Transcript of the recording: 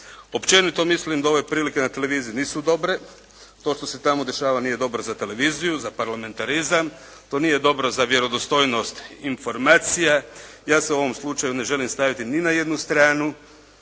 Općenito mislim da ove prilike na televiziji nisu dobre, to što se tamo dešava nije dobro za televiziju, za parlamentarizam, to nije dobro za vjerodostojnost informacija. Ja se u ovom slučaju ne želim staviti ni na jednu stranu,